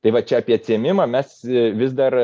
tai va čia apie atsiėmimą mes vis dar